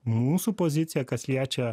mūsų pozicija kas liečia